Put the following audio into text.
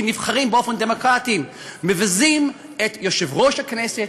שנבחרים באופן דמוקרטי מבזים את יושב-ראש הכנסת,